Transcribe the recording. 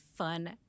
Fun